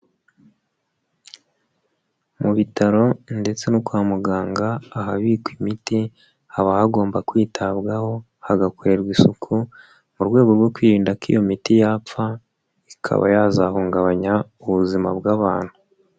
Mu bitaro ndetse no kwa muganga ahabikwa imiti haba hagomba kwitabwaho, hagakorerwa isuku, mu rwego rwo kwirinda ko iyo miti yapfa ikaba yazahungabanya ubuzima bw'abantu.